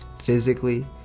physically